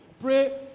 Pray